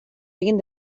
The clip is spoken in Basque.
egin